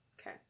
Okay